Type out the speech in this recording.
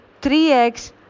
3x